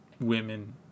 women